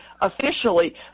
officially